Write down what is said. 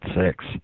six